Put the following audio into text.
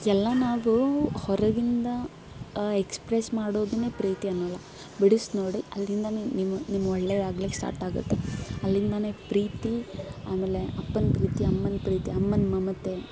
ಎಲ್ಲ ನಾವು ಹೊರಗಿಂದ ಎಕ್ಸ್ಪ್ರೆಸ್ ಮಾಡೋದನ್ನೇ ಪ್ರೀತಿ ಅನ್ನೋಲ್ಲ ಬಿಡಿಸಿ ನೋಡಿ ಅಲ್ಲಿಂದಲೇ ನಿಮ್ಮ ನಿಮ್ಮ ಒಳ್ಳೆಯದಾಗ್ಲಿಕ್ಕೆ ಸ್ಟಾರ್ಟಾಗುತ್ತೆ ಅಲ್ಲಿಂದಲೇ ಪ್ರೀತಿ ಆಮೇಲೆ ಅಪ್ಪನ ಪ್ರೀತಿ ಅಮ್ಮನ ಪ್ರೀತಿ ಅಮ್ಮನ ಮಮತೆ